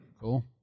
cool